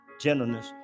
gentleness